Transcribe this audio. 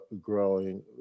growing